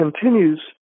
continues